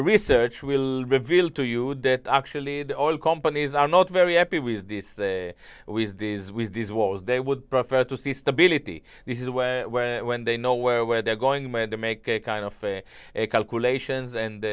research will reveal to you that actually the oil companies are not very happy with this we use these with these wars they would prefer to see stability this is where when they know where where they're going to make a kind of fair calculations and